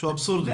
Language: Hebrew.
משהו אבסורדי.